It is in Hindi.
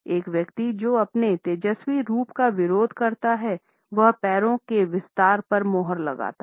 एक व्यक्ति जो अपने तेजस्वी रुख का विरोध करता है वह पैरों के विस्तार पर मुहर लगाता है